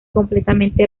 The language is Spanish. completamente